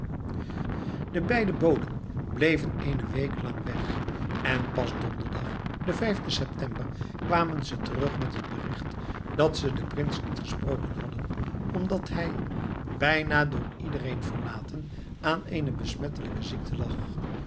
de beide boden bleven eene week lang weg en pas donderdag den vijfden september kwamen ze terug met het bericht dat ze den prins niet gesproken hadden omdat hij bijna door iedereen verlaten aan eene besmettelijke ziekte lag